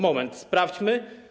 Moment, sprawdźmy.